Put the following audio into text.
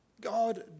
God